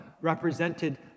Represented